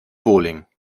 bowling